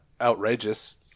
outrageous